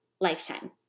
lifetime